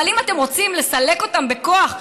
אבל אם אתם רוצים לסלק אותם בכוח,